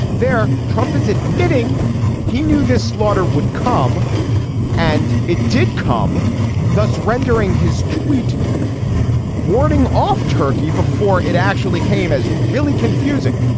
there trump is admitting he knew this slaughter would come and it did come thus rendering his tweet warding off turkey before it actually came as really confusing.